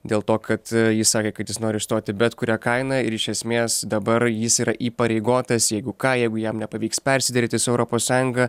dėl to kad jis sakė kad jis nori išstoti bet kuria kaina ir iš esmės dabar jis yra įpareigotas jeigu ką jeigu jam nepavyks persiderėti su europos sąjunga